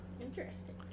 interesting